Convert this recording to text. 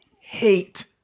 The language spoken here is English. hate